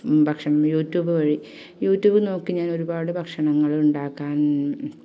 ഭക്ഷണം YouTube വഴി YouTube നോക്കി ഞാൻ ഒരുപാട് ഭക്ഷണങ്ങൾ ഉണ്ടാക്കാൻ